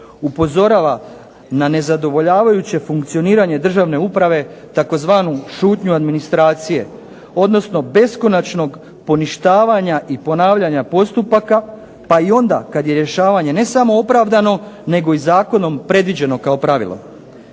upozorava na nezadovoljavajuće funkcioniranje državne uprave tzv. šutnju administracije, odnosno beskonačnog poništavanja i ponavljanja postupaka pa i onda kad je rješavanje ne samo opravdano nego i zakonom predviđeno kao pravilo.